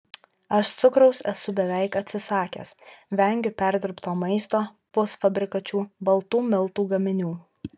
aš cukraus esu beveik atsisakęs vengiu perdirbto maisto pusfabrikačių baltų miltų gaminių